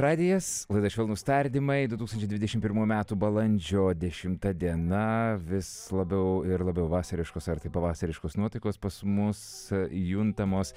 radijas laida švelnūs tardymai du tūkstančiai dvidešimt pirmų metų balandžio dešimta diena vis labiau ir labiau vasariškos ar tai pavasariškos nuotaikos pas mus juntamos